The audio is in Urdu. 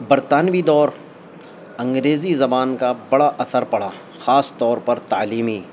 برطانوی دور انگریزی زبان کا بڑا اثر پڑا خاص طور پر تعلیمی